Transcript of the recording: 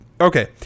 Okay